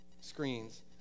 screens